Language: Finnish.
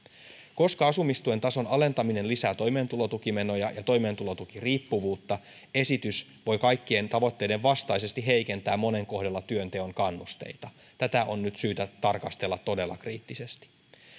koska asumistuen tason alentaminen lisää toimeentulotukimenoja ja toimeentulotukiriippuvuutta esitys voi kaikkien tavoitteiden vastaisesti heikentää monen kohdalla työnteon kannusteita tätä on nyt syytä tarkastella todella kriittisesti